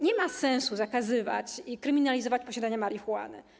Nie ma sensu zakazywać i kryminalizować posiadania marihuany.